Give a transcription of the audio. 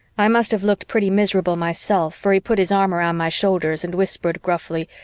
i must have looked pretty miserable myself, for he put his arm around my shoulders and whispered gruffly,